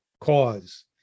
cause